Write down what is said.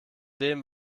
dem